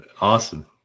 Awesome